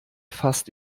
fast